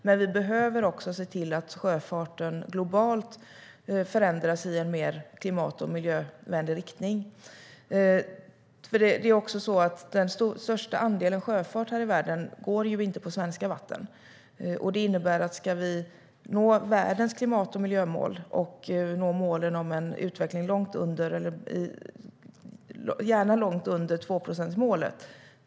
Men vi behöver också se till att den globala sjöfarten förändras i en mer klimat och miljövänlig riktning. Den största andelen sjöfart i världen går ju inte på svenska vatten. Det innebär att vi också behöver arbeta på den globala nivån om vi ska nå världens klimat och miljömål och en utveckling som gärna får vara långt under 2-procentsmålet.